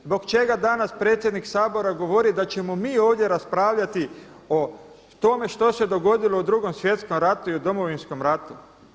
Zbog čega danas predsjednik Sabora govori da ćemo mi ovdje raspravljati o tome što se dogodilo u 2. Svjetskom ratu i u Domovinskom ratu?